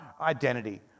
identity